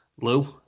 Lou